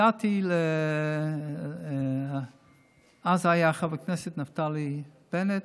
הגעתי אז זה היה חבר הכנסת נפתלי בנט.